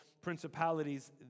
principalities